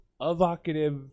evocative